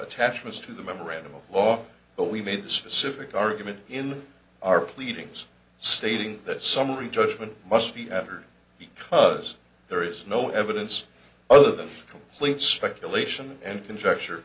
attachments to the memorandum of law but we made specific argument in our pleadings stating that summary judgment must be entered because there is no evidence other than complete speculation and conjecture